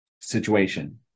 situation